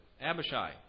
Abishai